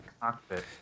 Cockpit